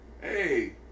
hey